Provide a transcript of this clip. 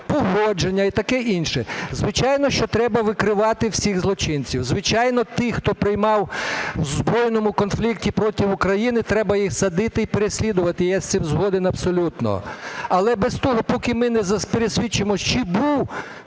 погодження і таке інше. Звичайно, що треба викривати всіх злочинців. Звичайно, тих, хто приймав в збройному конфлікті проти України, треба їх садити і переслідувати, я з цим згоден абсолютно. Але без того, поки ми не пересвідчимося, чи була